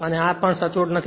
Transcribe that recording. અને આ તે સચોટ પણ નથી